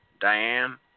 Diane